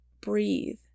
breathe